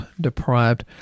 deprived